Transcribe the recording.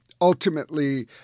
ultimately